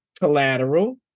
collateral